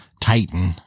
Titan